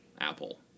Apple